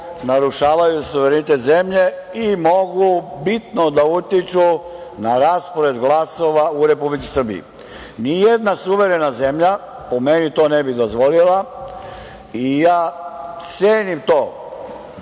narušavaju suverenitet zemlje i mogu bitno da utiču na raspored glasova u Republici Srbiji. Ni jedna suverena zemlja, po meni, to ne bi dozvolila i ja cenim to